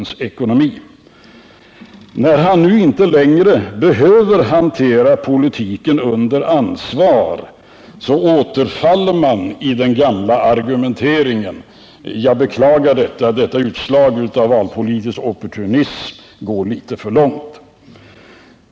När herr Bohman tillsammans med sina partivänner nu inte längre behöver hantera politiken under ansvar, återfaller han i den gamla argumenteringen, och det beklagar jag. Detta utslag av valtaktisk opportunism går för långt.